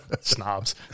Snobs